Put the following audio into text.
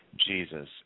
Jesus